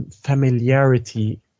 familiarity